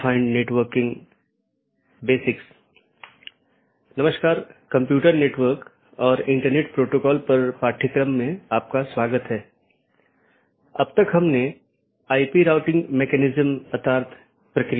यदि आप पिछले लेक्चरों को याद करें तो हमने दो चीजों पर चर्चा की थी एक इंटीरियर राउटिंग प्रोटोकॉल जो ऑटॉनमस सिस्टमों के भीतर हैं और दूसरा बाहरी राउटिंग प्रोटोकॉल जो दो या उससे अधिक ऑटॉनमस सिस्टमो के बीच है